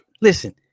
Listen